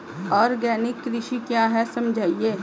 Organic कृषि क्या है समझाइए?